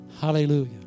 hallelujah